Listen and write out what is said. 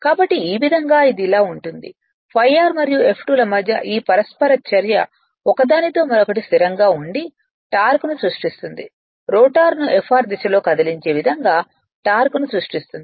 కాబట్టి ఈ విధంగా ఇది ఇలా ఉంటుంది ∅r మరియు F2 ల మధ్య ఈ పరస్పర చర్య ఒకదానితో మరొకటి స్థిరంగా ఉండి టార్క్ను సృష్టిస్తుంది రోటర్ను Fr దిశలో కదిలించే విధంగా టార్క్ను సృష్టిస్తుంది